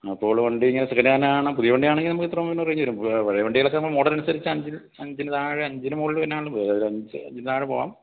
അപ്പോൾ വണ്ടി എങ്ങനെ സെക്കൻ്റ് ഹാൻഡാണോ പുതിയ വണ്ടിയാണെങ്കിൽ നമുക്കിത്ര റെയ്ഞ്ച് വരും പഴയ വണ്ടികളൊക്കെ ആകുമ്പോൾ മോഡൽ അനുസരിച്ച് അഞ്ച് അഞ്ചിനു താഴെ അഞ്ചിനു മുകളിൽ പിന്നെ തന്നെയാണ് എല്ലാം പോകുക അഞ്ച് അഞ്ചിനു താഴെ പോകാം